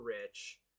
rich